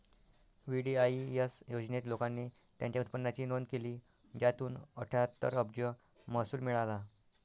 VDIS योजनेत, लोकांनी त्यांच्या उत्पन्नाची नोंद केली, ज्यातून अठ्ठ्याहत्तर अब्ज महसूल मिळाला